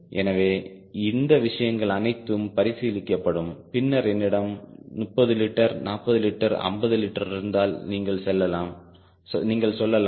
எனவே இந்த விஷயங்கள் அனைத்தும் பரிசீலிக்கப்படும் பின்னர் என்னிடம் 30 லிட்டர் 40 லிட்டர் 50 லிட்டர் இருந்தால் நீங்கள் சொல்லலாம்